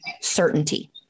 certainty